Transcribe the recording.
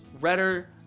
redder